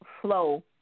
flow